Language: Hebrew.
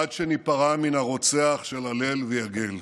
עד שניפרע מן הרוצח של הלל ויגל.